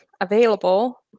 available